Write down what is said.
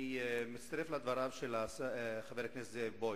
אני מצטרף לדבריו של חבר הכנסת זאב בוים.